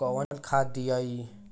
कौन खाद दियई?